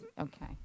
Okay